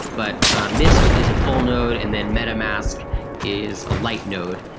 but mist is a full node, and then metamask is a light node,